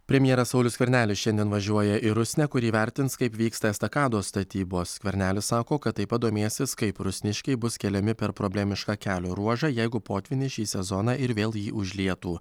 premjeras saulius skvernelis šiandien važiuoja į rusnę kur įvertins kaip vyksta estakados statybos skvernelis sako kad taip pat domėsis kaip rusniškiai bus keliami per problemišką kelio ruožą jeigu potvynis šį sezoną ir vėl jį užlietų